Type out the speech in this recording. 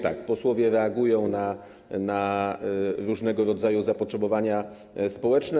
Tak. ...posłowie reagują na różnego rodzaju zapotrzebowanie społeczne.